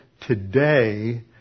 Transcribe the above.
today